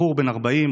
בחור בן 40,